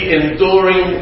enduring